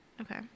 Okay